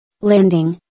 Landing